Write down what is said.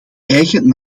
eigen